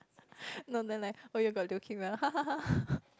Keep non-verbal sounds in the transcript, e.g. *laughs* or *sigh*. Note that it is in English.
*laughs* no then like oh you got leukemia then ha ha ha